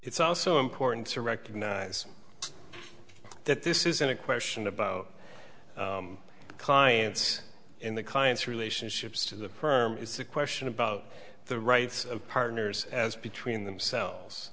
it's also important to recognize that this isn't a question about clients in the client's relationships to the permit it's a question about the rights of partners as between themselves